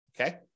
okay